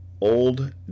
Old